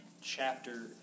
chapter